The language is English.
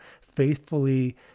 faithfully